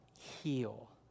heal